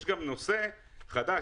יש גם נושא חדש,